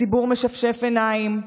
הציבור משפשף עיניים,